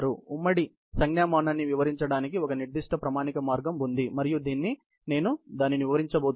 ఉమ్మడి సంజ్ఞామానాన్ని వివరించడానికి ఒక నిర్దిష్ట ప్రామాణిక మార్గం ఉంది మరియు నేను దానిని వివరించబోతున్నాను